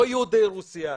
לא יהודי רוסיה,